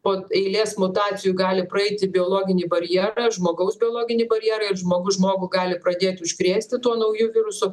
po eilės mutacijų gali praeiti biologinį barjerą žmogaus biologinį barjerą ir žmogus žmogų gali pradėti užkrėsti tuo nauju virusu